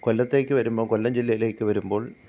കൊല്ലത്തേക്ക് വരുമ്പം കൊല്ലം ജില്ലയിലേക്ക് വരുമ്പോൾ